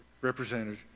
represented